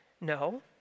No